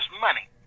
money